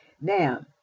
Now